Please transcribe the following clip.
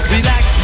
Relax